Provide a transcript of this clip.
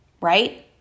right